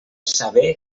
saber